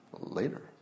later